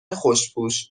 خوشپوش